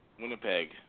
Winnipeg